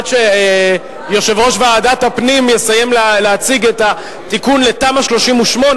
עד שיושב-ראש ועדת הפנים יסיים להציג את התיקון לתמ"א 38,